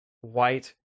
white